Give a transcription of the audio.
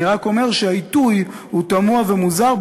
רק אמרתי שהעיתוי הוא תמוה ומוזר,